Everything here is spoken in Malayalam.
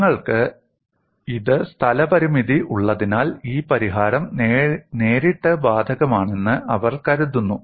നിങ്ങൾക്ക് ഇത് സ്ഥലപരിമിതി ഉള്ളതിനാൽ ഈ പരിഹാരം നേരിട്ട് ബാധകമാണെന്ന് അവർ കരുതുന്നു